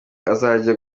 azajye